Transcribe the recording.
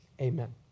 amen